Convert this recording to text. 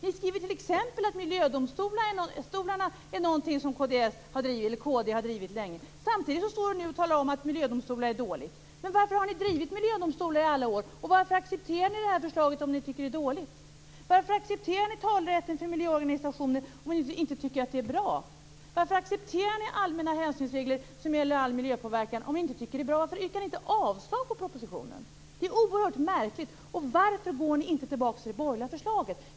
Ni skriver t.ex. att miljödomstolarna är en fråga som Kristdemokraterna länge har drivit. Men samtidigt säger ni nu att miljödomstolarna är någonting dåligt. Varför har ni då i alla år drivit frågan om miljödomstolar? Varför accepterar ni det här förslaget om ni tycker att det är dåligt? Varför accepterar ni talerätten för miljöorganisationer om ni inte tycker att det är bra sak? Varför accepterar ni allmänna hänsynsregler som gäller all miljöpåverkan om ni inte tycker att det är en bra sak? Varför yrkar ni inte avslag på propositionen? Detta är oerhört märkligt. Och varför går ni inte tillbaka till det borgerliga förslaget?